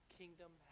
kingdom